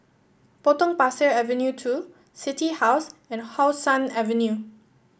Potong Pasir Avenue two City House and How Sun Avenue